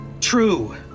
True